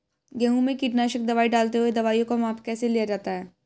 गेहूँ में कीटनाशक दवाई डालते हुऐ दवाईयों का माप कैसे लिया जाता है?